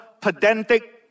pedantic